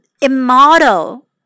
immortal